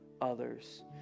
others